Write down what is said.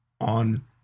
on